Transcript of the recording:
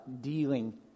dealing